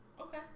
Okay